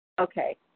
Okay